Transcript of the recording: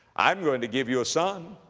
i'm going to give you a son,